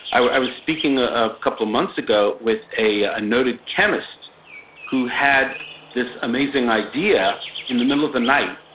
i was speaking ah a couple of months ago with a ah a noted chemist who had this amazing idea in the middle of the night.